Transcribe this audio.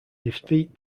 defeat